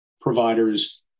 providers